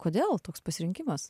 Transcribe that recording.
kodėl toks pasirinkimas